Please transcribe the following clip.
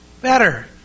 Better